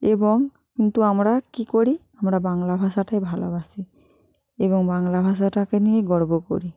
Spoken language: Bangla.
এবং কিন্তু আমরা কী করি আমরা বাংলা ভাষাটাই ভালোবাসি এবং বাংলা ভাষাটাকে নিয়ে গর্ব করি